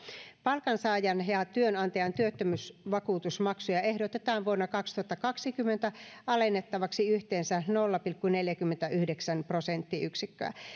palkansaajan ja ja työnantajan työttömyysvakuutusmaksuja ehdotetaan vuonna kaksituhattakaksikymmentä alennettaviksi yhteensä nolla pilkku neljäkymmentäyhdeksän prosenttiyksikköä